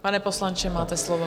Pane poslanče, máte slovo.